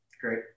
Great